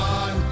on